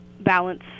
balance